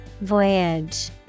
Voyage